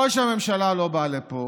וראש הממשלה לא בא לפה,